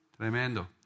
Tremendo